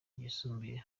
ryisumbuye